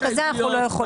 וכולי.